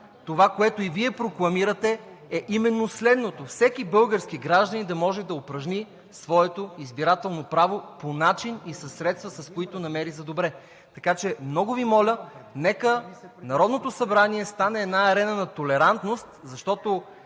това, което и Вие прокламирате, е именно следното: всеки български гражданин да може да упражни своето избирателно право по начин и със средства, с които намери за добре. Така че, много Ви моля, нека Народното събрание стана една арена на толерантност, защото